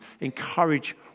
encourage